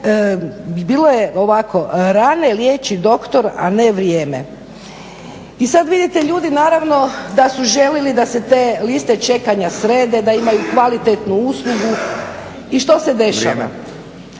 bilo je ovako rane liječi doktor a ne vrijeme. I sada vidite ljudi naravno da su želili da se te liste čekanja srede da imaju kvalitetnu usluga i što se dešava?